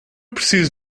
preciso